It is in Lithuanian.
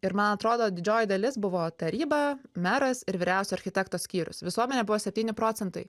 ir man atrodo didžioji dalis buvo taryba meras ir vyriausio architekto skyrius visuomenė buvo septyni procentai